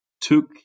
took